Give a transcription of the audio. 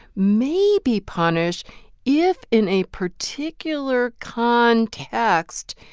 may be punished if, in a particular context,